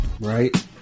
Right